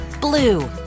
blue